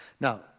Now